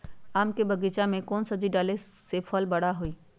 आम के बगीचा में कौन मिट्टी डाले से फल बारा बारा होई?